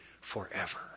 forever